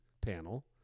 panel